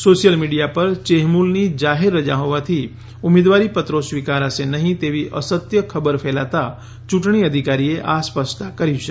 social media ઉપર ચેહમુલની જાહેર રજા હોવાથી ઉમેદવારીપત્રો સ્વીકારાશે નહીં તેવી અસત્ય ખબર ફેલાતા ચૂંટણી અધિકારીએ આ સ્પષ્ટતા કરી છે